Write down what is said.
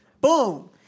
Boom